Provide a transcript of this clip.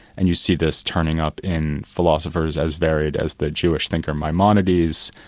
and you see this turning up in philosophers as varied as the jewish thinker, maimonides,